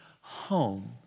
Home